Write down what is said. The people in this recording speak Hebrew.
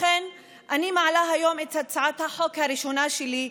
לכן אני מעלה היום את הצעת החוק הראשונה שלי,